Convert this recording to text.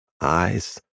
eyes